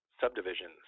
subdivisions